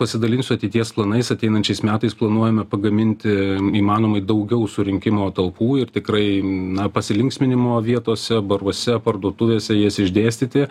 pasidalinsiu ateities planais ateinančiais metais planuojame pagaminti įmanomai daugiau surinkimo talpų ir tikrai na pasilinksminimo vietose baruose parduotuvėse jas išdėstyti